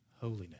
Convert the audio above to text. holiness